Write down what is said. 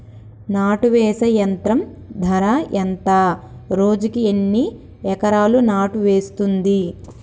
నాటు వేసే యంత్రం ధర ఎంత రోజుకి ఎన్ని ఎకరాలు నాటు వేస్తుంది?